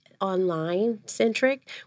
online-centric